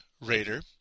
Raider